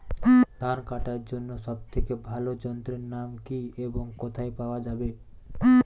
ধান কাটার জন্য সব থেকে ভালো যন্ত্রের নাম কি এবং কোথায় পাওয়া যাবে?